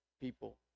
people